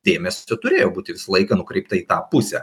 dėmesio turėjo būti visą laiką nukreipta į tą pusę